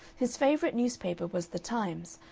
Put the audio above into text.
his favorite newspaper was the times,